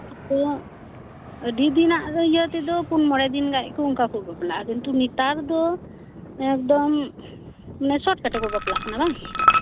ᱟᱫᱚ ᱟᱰᱤ ᱫᱤᱱᱟᱜ ᱤᱭᱟᱹ ᱛᱮᱫᱚ ᱯᱩᱱ ᱢᱚᱬᱮ ᱫᱤᱱ ᱜᱟᱱ ᱚᱱᱠᱟ ᱠᱚ ᱵᱟᱯᱞᱟᱜᱼᱟ ᱠᱤᱱᱛᱩ ᱱᱮᱛᱟᱨ ᱫᱚ ᱮᱠᱫᱚᱢ ᱚᱱᱮ ᱥᱚᱴ ᱠᱟᱴᱮ ᱠᱚ ᱵᱟᱯᱞᱟᱜ ᱠᱟᱱᱟ ᱵᱟᱝ